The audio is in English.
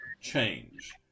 change